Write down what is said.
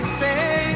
say